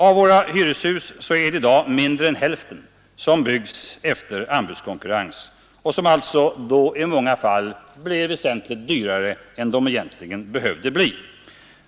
Av våra hyreshus är det i dag mindre än hälften som byggs efter anbudskonkurrens och de husen blir alltså i många fall väsentligt dyrare än de behövde bli.